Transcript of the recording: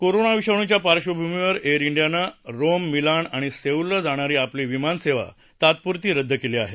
corona विषाणूच्या पार्बभूमीवर air डियानं रोम मिलान आणि सेऊल ला जाणारी आपली विमानसेवा तात्पुरती रद्द केली आहे